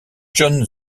john